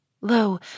Lo